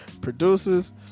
Producers